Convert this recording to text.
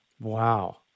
Wow